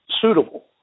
suitable